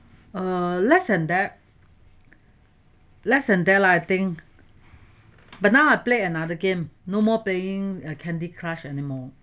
err less than that less than that la I think but now I play another game no more playing candy crush anymore 我 play legend ah yeahh